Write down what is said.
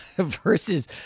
versus